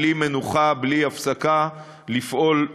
בלי מנוחה, בלי הפסקה,